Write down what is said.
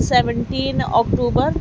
seventeen October